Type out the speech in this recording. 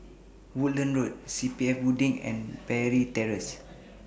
Woodlands Road C P F Building and Parry Terrace